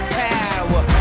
power